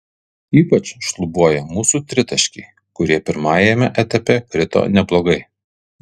ypač šlubuoja mūsų tritaškiai kurie pirmajame etape krito neblogai